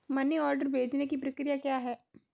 Money order भेजने की प्रक्रिया क्या है?